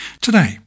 Today